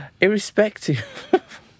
irrespective